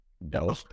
no